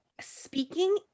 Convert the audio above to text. speaking